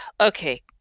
Okay